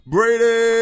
Brady